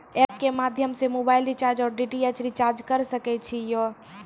App के माध्यम से मोबाइल रिचार्ज ओर डी.टी.एच रिचार्ज करऽ सके छी यो?